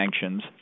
sanctions